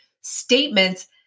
statements